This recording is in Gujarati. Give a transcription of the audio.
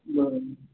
બરાબર